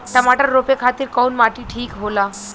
टमाटर रोपे खातीर कउन माटी ठीक होला?